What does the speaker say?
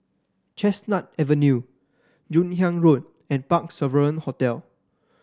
Chestnut Avenue Joon Hiang Road and Parc Sovereign Hotel